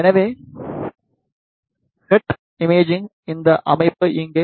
எனவே ஹெட் இமேஜிங்கிற்கான இந்த அமைப்பு இங்கே